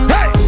Hey